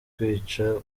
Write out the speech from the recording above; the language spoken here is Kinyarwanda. kwica